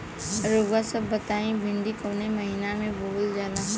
रउआ सभ बताई भिंडी कवने महीना में बोवल जाला?